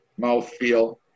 mouthfeel